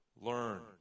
learn